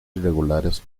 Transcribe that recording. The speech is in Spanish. irregulares